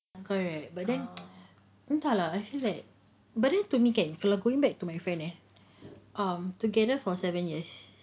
correct but then entah lah I feel like but then to me kan kalau going back to my friend eh um together for seven years